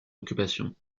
occupations